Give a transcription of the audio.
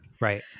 Right